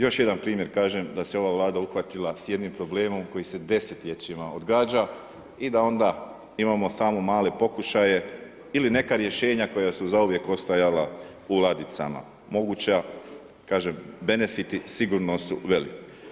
Još jedan primjer, kažem, da se ova Vlada uhvatila sa jednim problemom koji se desetljećima odgađa i da onda imamo samo male pokušaje ili neka rješenja koja su zauvijek ostajala u ladicama moguća, kažem, benefiti sigurno su veliki.